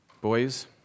Boys